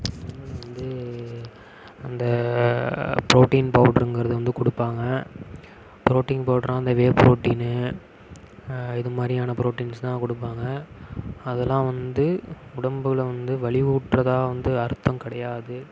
ஜிம்மில் வந்து அந்த புரோட்டின் பவுடர்ங்கிறது வந்து கொடுப்பாங்க புரோட்டின் பவுடர் அந்த வே புரோட்டினு இது மாதிரியான புரோட்டின்ஸ் தான் கொடுப்பாங்க அதலாம் வந்து உடம்பில் வந்து வலிவூட்டுறதா வந்து அர்த்தம் கிடையாது